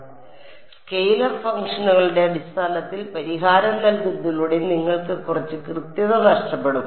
അതിനാൽ സ്കെയിലർ ഫംഗ്ഷനുകളുടെ അടിസ്ഥാനത്തിൽ പരിഹാരം നൽകുന്നതിലൂടെ നിങ്ങൾക്ക് കുറച്ച് കൃത്യത നഷ്ടപ്പെടും